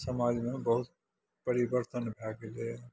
समाजमे बहुत परिवर्तन भए गेलैया